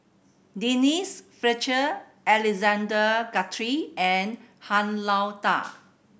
Denise Fletcher Alexander Guthrie and Han Lao Da